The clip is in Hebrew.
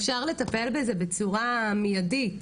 אפשר לטפל בזה בצורה מיידית